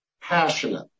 passionate